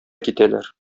китәләр